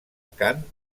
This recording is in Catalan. cant